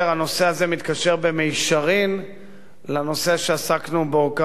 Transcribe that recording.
במישרין לנושא שעסקנו בו כאן במליאה בנוגע